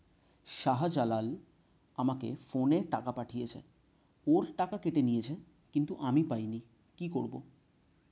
শাহ্জালাল আমাকে ফোনে টাকা পাঠিয়েছে, ওর টাকা কেটে নিয়েছে কিন্তু আমি পাইনি, কি করব?